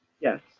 Yes